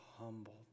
humble